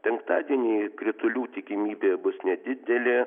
penktadienį kritulių tikimybė bus nedidelė